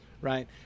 Right